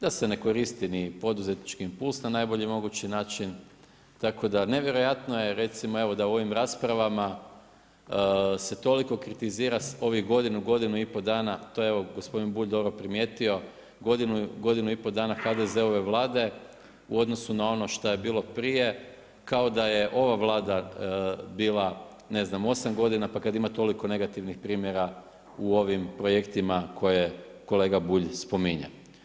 Da se ne koristi ni poduzetnički impuls na najbolji način, tako da nevjerojatno je recimo da u ovim raspravama se toliko kritizira zadnjih godinu, godinu i pol dana, to je evo gospodin Bulj dobro primijetio, godinu i pol dana HDZ-ove Vlade u odnosu na ono što je bilo prije, kao da je ova Vlada bila 8 godina pa kad ima toliko negativnih primjera u ovim projektima koje kolega Bulj spominje.